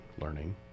learning